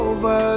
Over